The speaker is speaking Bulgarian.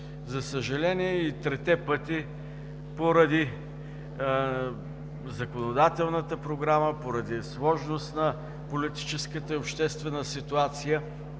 За съжаление и трите пъти поради законодателната програма, поради сложност на политическата обществена ситуация